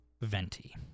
Venti